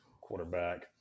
quarterback